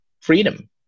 freedom